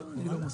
אני לא מזכיר.